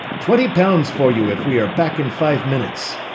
twenty pounds for you if we are back in five minutes!